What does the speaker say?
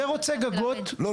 זה רוצה גגות --- מה אתה רוצה?